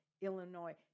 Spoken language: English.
Illinois